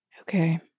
Okay